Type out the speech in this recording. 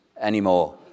anymore